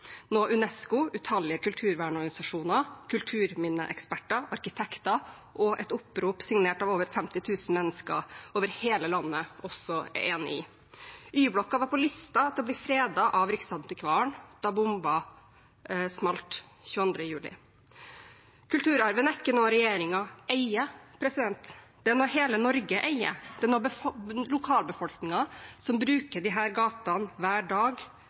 UNESCO, utallige kulturvernsorganisjoner, kulturminneeksperter, arkitekter og et opprop signert av over 50 000 mennesker over hele landet også er enig i. Y-blokka var på listen til å bli fredet av Riksantikvaren da bomben smalt 22. juli. Kulturarven er ikke noe regjeringen eier. Det er noe hele Norge eier, det er noe lokalbefolkningen som bruker disse gatene hver dag,